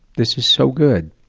this is so good.